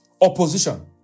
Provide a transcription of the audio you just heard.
opposition